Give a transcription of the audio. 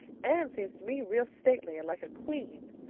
anne seems to me real stately and like a queen.